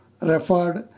referred